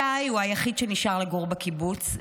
שי הוא היחיד שנשאר לגור בקיבוץ,